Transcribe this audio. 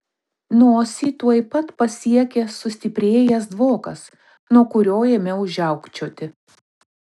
nosį tuoj pat pasiekė sustiprėjęs dvokas nuo kurio ėmiau žiaukčioti